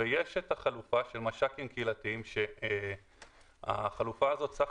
יש את החלופה של מש"קים קהילתיים והחלופה הזו בסך